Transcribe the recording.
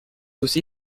aussi